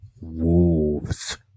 Wolves